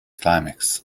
climax